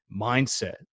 mindset